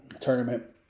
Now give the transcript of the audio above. tournament